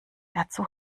dazu